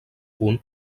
punt